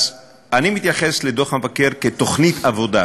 אז אני מתייחס לדוח המבקר כתוכנית עבודה,